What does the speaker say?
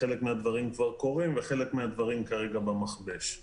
חלק מן הדברים כבר קורים וחלק מן הדברים כרגע במכבש.